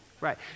Right